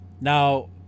now